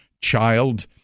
child